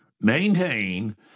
maintain